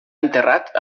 enterrat